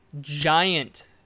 giant